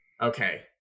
Okay